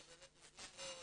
אני באמת מזמן לא התעדכנתי.